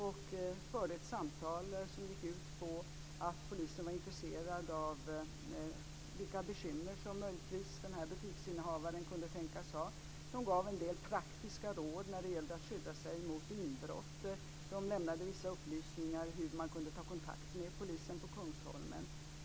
De förde ett samtal som gick ut på att polisen var intresserad av vilka bekymmer den här butiksinnehavaren kunde tänkas ha. De gav en del praktiska råd när det gäller att skydda sig mot inbrott och lämnade vissa upplysningar om hur man kunde ta kontakt med polisen på Kungsholmen.